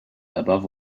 above